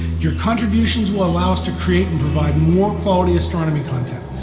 your contributions will allow us to create and provide more quality astronomy content.